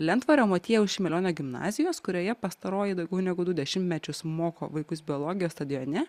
lentvario motiejaus šimelionio gimnazijos kurioje pastaroji daugiau negu du dešimtmečius moko vaikus biologijos stadione